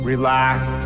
relax